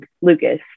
Lucas